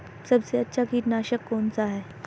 सबसे अच्छा कीटनाशक कौनसा है?